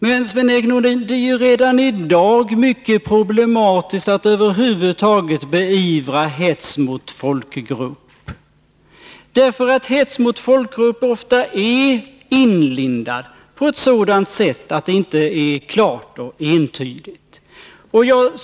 Men, Sven-Erik Nordin, det är redan i dag mycket problematiskt att över huvud taget beivra hets mot folkgrupp, eftersom hets mot folkgrupp ofta sker i så inlindade former att det inte framgår klart och entydigt att det är fråga om hets.